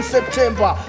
September